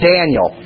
Daniel